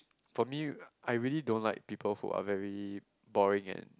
for me I really don't like people who are very boring and